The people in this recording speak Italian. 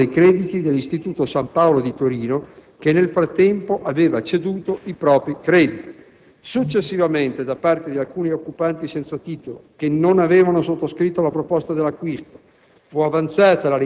società di gestione dei crediti dell'istituto San Paolo di Torino che, nel frattempo, aveva ceduto i propri crediti. Successivamente, da parte di alcuni occupanti senza titolo che non avevano sottoscritto la proposta d'acquisto,